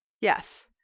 yes